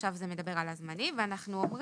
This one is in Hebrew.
עכשיו זה מדבר על הזמני ואנחנו אומרים